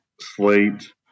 slate